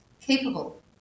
capable